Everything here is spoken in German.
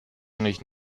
nicht